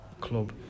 club